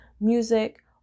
music